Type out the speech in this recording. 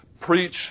Preach